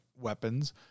weapons